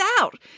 out